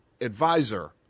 advisor